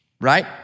right